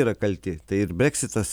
yra kalti tai ir breksitas